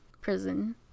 prison